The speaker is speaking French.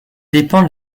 dépend